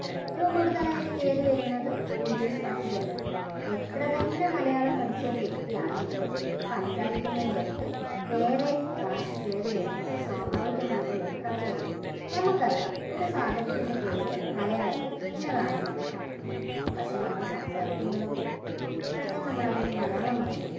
ഏറ്റവും കൂടുതലയിട്ട് കയറി വരുന്നത് ഇംഗ്ലീഷ് ഭാഷ തന്നെയാണ് എത്ര തന്നെ മലയാളം പഠിച്ചൊരു വ്യക്തി ആണെങ്കിലും സംസാരിക്കുന്നതിൻ്റെ ഇടയ്ക്ക് വേറെ ഭാഷ കയറി വരുന്നത് സ്വാഭാവികമായിട്ടുള്ളൊരു കാര്യമാണ് നമുക്കറിയാം ഒരു സാധനത്തിൻ്റെ പേര് മലയാളത്തിൽ ഇന്നതാണെന്നുള്ള കാര്യം പക്ഷേ നമ്മള് സംസാരിക്കുമ്പോഴോ പെട്ടന്ന് നമ്മളതിൻ്റെ മലയാളം മറന്നു പോകും